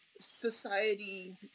society